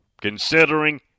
considering